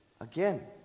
Again